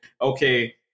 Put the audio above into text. okay